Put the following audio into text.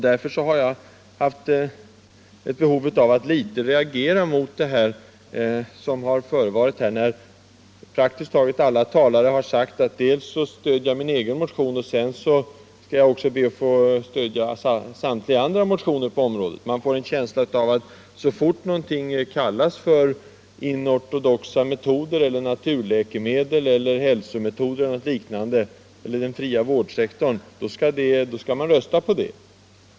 Därför har jag reagerat när praktiskt taget alla talare har sagt att ”dels stöder jag min egen motion, dels vill jag stödja samtliga andra motioner på området”. Man har en känsla av att så snart något kallas för inortodoxa metoder, naturläkemedel, hälsometoder, den fria vårdsektorn eller något liknande, skall man rösta på det.